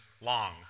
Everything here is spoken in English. long